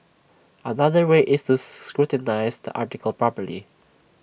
another way is to scrutinise the article properly